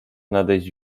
nadejść